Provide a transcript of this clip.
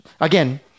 Again